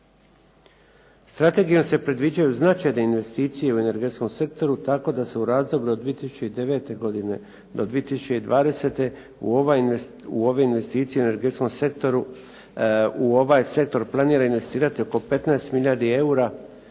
Strategijom se predviđaju značajnu investicije u energetskom sektoru, tako da se u razdoblju od 2009. godine do 2020. u ove investicije u energetskom sektoru u ovaj sektor planira investira oko 15 milijardi eura